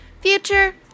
future